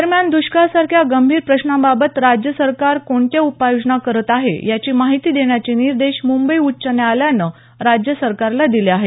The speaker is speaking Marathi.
दरम्यान द्रष्काळासारख्या गंभीर प्रश्नाबाबत राज्य सरकार कोणत्या उपाययोजना करत आहे याची माहिती देण्याचे निर्देश मुंबई उच्च न्यायालयानं राज्य सरकारला दिले आहेत